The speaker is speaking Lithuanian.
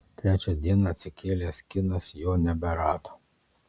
trečią dieną atsikėlęs kinas jo neberado